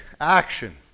Action